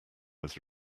was